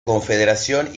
confederación